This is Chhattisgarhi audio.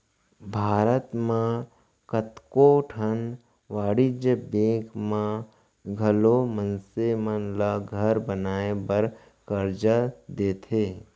भारत म कतको ठन वाणिज्य बेंक मन घलौ मनसे मन ल घर बनाए बर करजा देथे